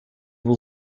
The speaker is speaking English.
will